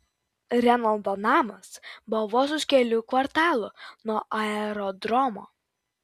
renaldo namas buvo vos už kelių kvartalų nuo aerodromo